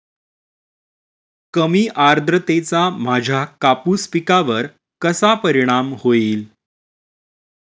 कमी आर्द्रतेचा माझ्या कापूस पिकावर कसा परिणाम होईल?